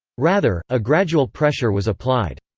rather, a gradual pressure was applied.